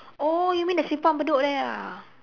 oh you mean the simpang-bedok there ah